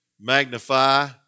magnify